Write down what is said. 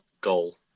goal